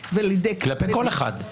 כלפי כל אחד.